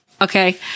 Okay